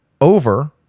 Over